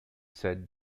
said